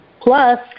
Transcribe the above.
Plus